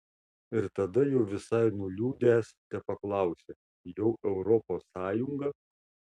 ir tada jau visai nuliūdęs tepaklausia jau europos sąjunga